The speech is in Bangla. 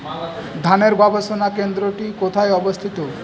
ধানের গবষণা কেন্দ্রটি কোথায় অবস্থিত?